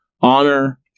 honor